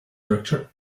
director